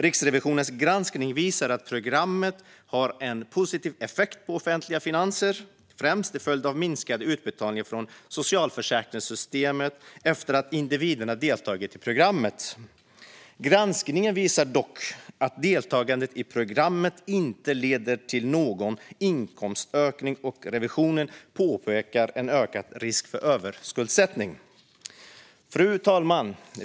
Riksrevisionens granskning visar att programmet har en positiv effekt på offentliga finanser, främst till följd av minskade utbetalningar från socialförsäkringssystemet efter att individerna deltagit i programmet. Granskningen visar dock att deltagandet i programmet inte leder till någon inkomstökning, och Riksrevisionen påpekar en ökad risk för överskuldsättning. Fru talman!